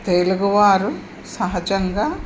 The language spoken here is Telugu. తెలుగువారు సహజంగా